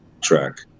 track